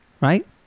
right